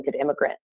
immigrant